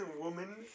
Woman